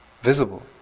visible